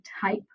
type